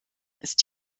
ist